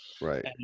Right